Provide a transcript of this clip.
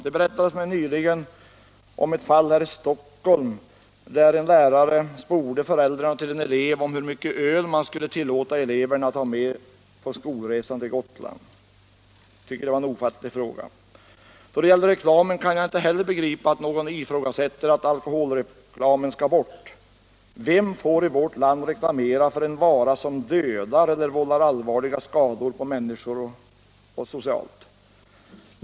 Det berättades för mig nyligen om ett fall här i Stockholm, där en lärare sporde föräldrarna till en elev om hur mycket öl man skulle tillåta eleverna ha med sig på skolresan till Gotland! Jag tycker att det var en ofattlig fråga. Då det gäller reklamen kan jag inte begripa att någon ifrågasätter att alkoholreklamen skall bort. Vem får i vårt land göra reklam för en vara som dödar eller vållar allvarliga skador på människan och socialt?